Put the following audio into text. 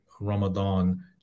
Ramadan